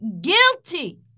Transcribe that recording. guilty